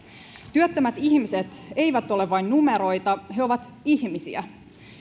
työttömät ihmiset eivät ole vain numeroita he ovat ihmisiä